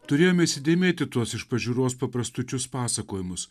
turėjome įsidėmėti tuos iš pažiūros paprastučius pasakojimus